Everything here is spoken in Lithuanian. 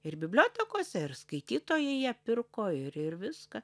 ir bibliotekose ir skaitytojai ją pirko ir ir viską